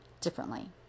differently